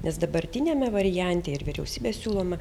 nes dabartiniame variante ir vyriausybės siūloma